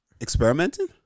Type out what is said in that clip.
experimenting